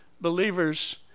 believers